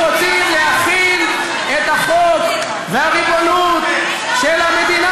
אנחנו רוצים להחיל את החוק ואת הריבונות של המדינה